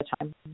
time